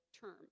term